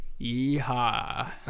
Yeehaw